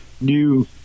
new